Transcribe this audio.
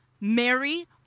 Mary